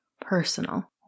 personal